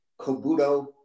Kobudo